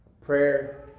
prayer